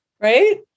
Right